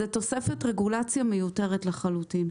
זאת תוספת רגולציה מיותרת לחלוטין.